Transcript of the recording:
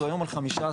היום על 15%